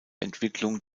entwicklung